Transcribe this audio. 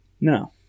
no